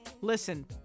Listen